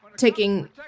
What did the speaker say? taking